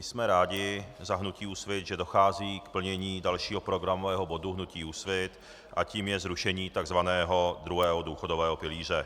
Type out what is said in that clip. Jsme rádi za hnutí Úsvit, že dochází k plnění dalšího programového bodu hnutí Úsvit, a tím je zrušení tzv. druhého důchodového pilíře.